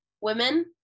women